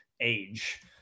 age